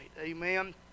amen